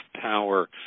power